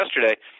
yesterday